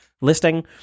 listing